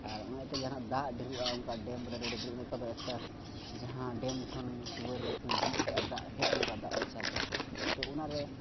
ᱚᱱᱟᱛᱮ ᱡᱟᱦᱟᱱᱟᱜ ᱫᱟᱜ ᱰᱷᱮᱨᱚᱜᱼᱟ ᱰᱮᱢ ᱨᱮ ᱟᱪᱠᱟ ᱡᱟᱦᱟᱸ ᱰᱮᱢ ᱠᱷᱚᱱ ᱫᱩᱣᱟᱹᱨ ᱨᱮᱠᱚ ᱡᱷᱤᱡ ᱠᱟᱜᱼᱟ ᱫᱟᱜ ᱦᱮᱡ ᱱᱟ ᱨᱟᱫᱟᱜ ᱢᱟᱪᱷᱟ ᱛᱮ ᱛᱳ ᱚᱱᱟᱨᱮ